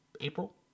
April